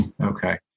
Okay